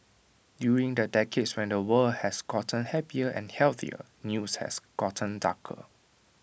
during the decades when the world has gotten happier and healthier news has gotten darker